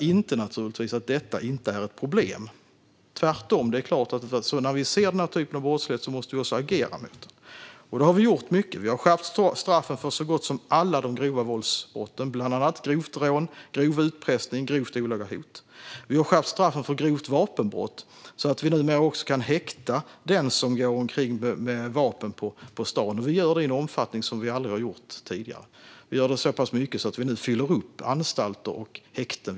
Det innebär naturligtvis inte att detta inte är ett problem, utan tvärtom. Det är klart att när vi ser den här typen av brottslighet måste vi också agera mot den. Där har vi gjort mycket: Vi har skärpt straffen för så gott som alla de grova våldsbrotten, bland annat grovt rån, grov utpressning och grovt olaga hot. Vi har skärpt straffen för grovt vapenbrott så att vi numera också kan häkta den som går omkring med vapen på stan. Vi gör detta i en omfattning som vi aldrig tidigare har gjort. Vi gör det så pass mycket att vi nu fyller upp anstalter och häkten.